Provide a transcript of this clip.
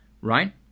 Right